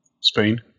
Spain